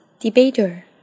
Debater